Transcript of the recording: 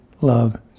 love